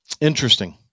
Interesting